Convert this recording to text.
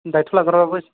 दायत' लाग्राफ्राबो